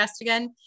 again